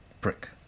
brick